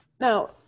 now